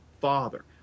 Father